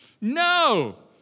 No